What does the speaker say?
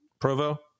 Provo